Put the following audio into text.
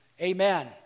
Amen